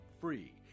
free